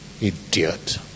Idiot